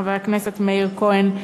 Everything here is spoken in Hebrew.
חבר הכנסת מאיר כהן,